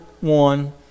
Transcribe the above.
one